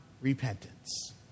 repentance